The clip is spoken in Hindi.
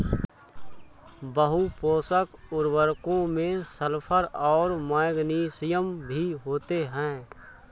बहुपोषक उर्वरकों में सल्फर और मैग्नीशियम भी होते हैं